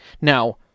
now